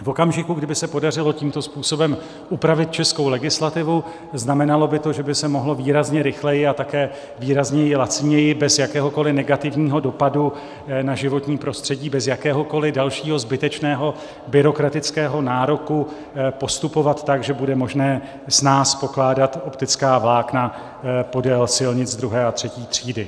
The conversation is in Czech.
V okamžiku, kdy by se podařilo tímto způsobem upravit českou legislativu, znamenalo by to, že by se mohlo výrazně rychleji a také výrazně laciněji bez jakéhokoliv negativního dopadu na životní prostředí, bez jakéhokoliv dalšího zbytečného byrokratického nároku postupovat tak, že bude možné snáze pokládat optická vlákna podél silnic II. a III. třídy.